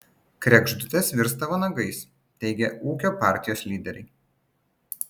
kregždutės virsta vanagais teigia ūkio partijos lyderiai